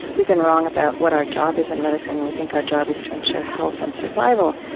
we've been wrong about what our job is in medicine. we think our job is to ensure health and survival.